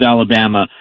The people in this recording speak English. Alabama